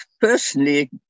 personally